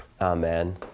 amen